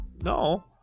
No